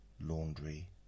laundry